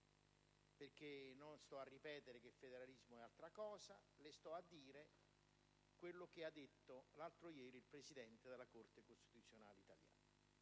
perché non sto a ripetere che il federalismo è altra cosa, ma dico quello che ha detto l'altro ieri il presidente della Corte costituzionale italiana,